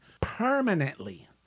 permanently